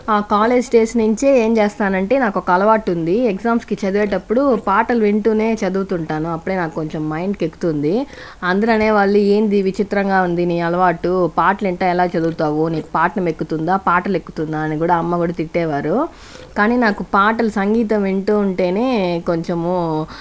college stage నుంచి ఏం చేస్తానంటే నాకు ఒక అలవాటు ఉంది ఎగ్జామ్స్కి చదివేటప్పుడు పాటలు వింటూనే చదువుతుంటాను అప్పుడే నాకు కొంచెం మైండ్కి ఎక్కుతుంది అందరూ అనేవాళ్లు ఏందిది విచిత్రంగా ఉంది నీ అలవాటు పాటలు వింటా ఎలా చదువుతావు నీకు పాఠం ఎక్కుతుందా పాటలు ఎక్కుతుందా అని కూడా అమ్మ కూడా తిట్టేవారు కానీ నాకు పాటలు సంగీతం వింటూ ఉంటేనే కొంచము